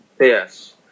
Yes